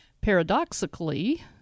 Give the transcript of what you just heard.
Paradoxically